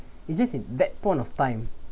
is just in that point of time